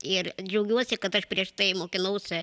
ir džiaugiuosi kad aš prieš tai mokinausi